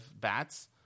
bats